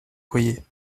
accoyer